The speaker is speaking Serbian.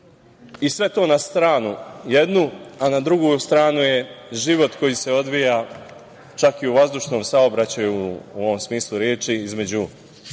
i sve to na jednu stranu, a na drugu stranu je život koji se odvija čak i u vazdušnom saobraćaju, u ovom smislu reči, između